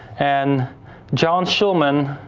and john schulman,